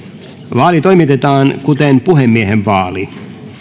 vaali toimitetaan kuten puhemiehen vaali